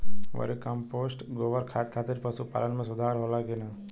Vermi compost गोबर खाद खातिर पशु पालन में सुधार होला कि न?